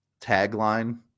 tagline